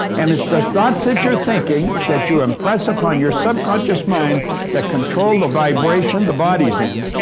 and it's the thoughts that you're thinking, that you impress upon your subconscious mind that control the vibration the body's in,